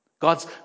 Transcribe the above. God's